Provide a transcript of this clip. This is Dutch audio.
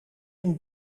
een